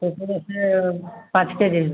ଅତି ବେଶୀରେ ପାଞ୍ଚ କେ ଜି